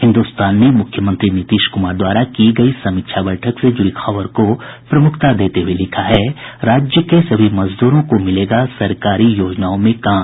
हिन्दुस्तान ने मुख्यमंत्री नीतीश कुमार द्वारा की गयी समीक्षा बैठक से जुड़ी खबर को प्रमुखता देते हुए लिखा है राज्य के सभी मजदूरों को मिलेगा सरकारी योजनाओं में काम